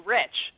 rich